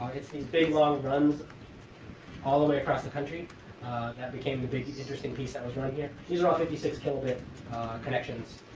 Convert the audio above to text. it's these big long runs all the way across the country that became the big interesting piece that was run here. these are all fifty six kilobit connections.